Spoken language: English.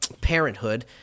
parenthood